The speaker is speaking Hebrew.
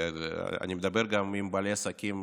אני מדבר גם עם בעלי עסקים